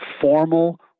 formal